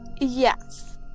Yes